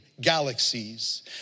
galaxies